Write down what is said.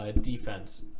defense